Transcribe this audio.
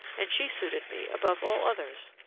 and she suited me above all others